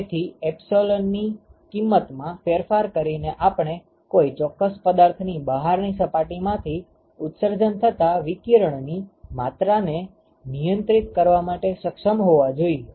તેથી એપ્સીલોનની કિમતમાં ફેરફાર કરીને આપણે કોઈ ચોક્કસ પદાર્થની બહારની સપાટીમાંથી ઉત્સર્જન થતા વિકિરણની માત્રાને નિયંત્રિત કરવા માટે સક્ષમ હોવા જોઈએ